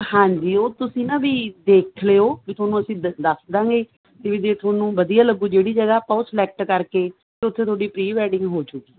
ਹਾਂਜੀ ਉਹ ਤੁਸੀਂ ਨਾ ਵੀ ਦੇਖ ਲਿਓ ਵੀ ਤੁਹਾਨੂੰ ਅਸੀਂ ਦੱਸ ਦਾਂਗੇ ਤੇ ਵੀ ਜੇ ਤੁਹਾਨੂੰ ਵਧੀਆ ਲੱਗੂ ਜਿਹੜੀ ਜਗ੍ਹਾ ਆਪਾਂ ਉਹ ਸਲੈਕਟ ਕਰਕੇ ਉਥੇ ਤੁਹਾਡੀ ਪ੍ਰੀ ਵੈਡਿੰਗ ਹੋ ਜੁਂਗੀ